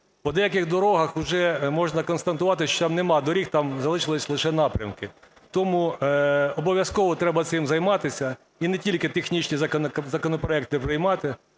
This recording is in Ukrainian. По деяких дорогам вже можна констатувати, що там немає доріг, там залишились лише напрямки. Тому обов'язково цим треба займатися, і не тільки технічні законопроекти приймати,